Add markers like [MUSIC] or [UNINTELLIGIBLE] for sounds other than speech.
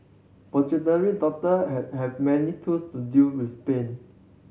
[UNINTELLIGIBLE] doctor [UNINTELLIGIBLE] have many tools to deal with pain